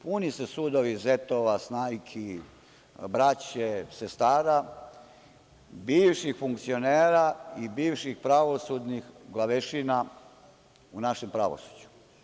Puni su sudovi zetova, snajki, braće, sestara, bivših funkcionera i bivših pravosudnih glavešina u našem pravosuđu.